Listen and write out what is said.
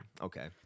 Okay